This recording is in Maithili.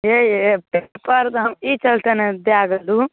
यै पेपर तऽ हम ई चलते नहि दै गेलहुँ